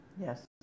yes